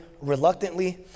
reluctantly